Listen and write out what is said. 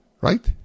Right